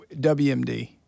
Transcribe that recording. WMD